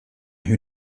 who